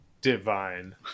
divine